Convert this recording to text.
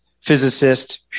physicist